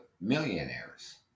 millionaires